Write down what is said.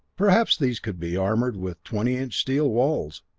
perhaps these could be armored with twenty-inch steel walls,